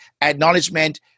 acknowledgement